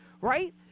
right